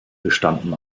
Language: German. bestanden